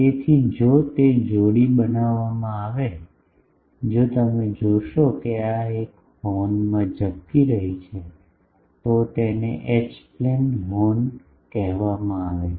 તેથી જો તે જોડી બનાવવામાં આવે જો તમે જોશો કે આ એક હોર્નમાં ઝબકી રહી છે તો તેને એચ પ્લેન હોર્ન કહેવામાં આવે છે